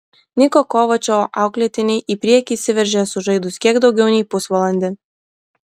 niko kovačo auklėtiniai į priekį išsiveržė sužaidus kiek daugiau nei pusvalandį